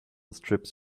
strips